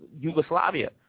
Yugoslavia